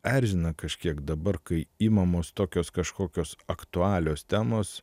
erzina kažkiek dabar kai imamos tokios kažkokios aktualios temos